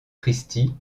christi